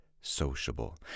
sociable